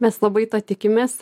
mes labai to tikimės